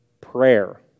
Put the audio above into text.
prayer